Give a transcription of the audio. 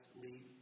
lead